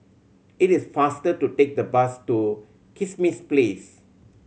it is faster to take the bus to Kismis Place